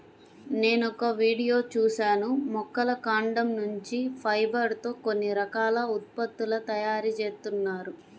నేనొక వీడియో చూశాను మొక్కల కాండం నుంచి ఫైబర్ తో కొన్ని రకాల ఉత్పత్తుల తయారీ జేత్తన్నారు